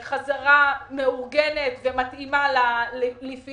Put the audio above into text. חזרה מאורגנת ומתאימה לפעילות,